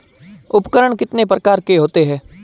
उपकरण कितने प्रकार के होते हैं?